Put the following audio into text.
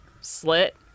slit